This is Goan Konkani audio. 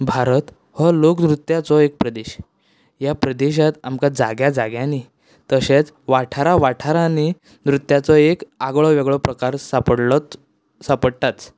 भारत हो लोकनृत्याचो एक प्रदेश ह्या प्रदेशात आमकां जाग्या जाग्यांनी तशेंत वाठारां वाठारांनी नृत्याचो एक आगळो वेगळो प्रकार सांपडलोच सांपडटाच